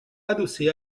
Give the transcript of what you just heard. adossé